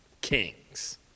kings